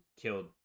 killed